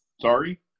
Sorry